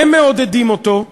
הם מעודדים אותו.